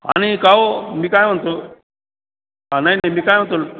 आणि का अहो मी काय म्हणतो हां नाही नाही मी काय म्हणतो